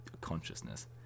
consciousness